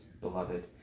beloved